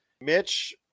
Mitch